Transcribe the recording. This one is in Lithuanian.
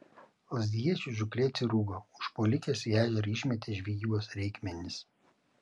lazdijiečiui žūklė atsirūgo užpuolikės į ežerą išmetė žvejybos reikmenis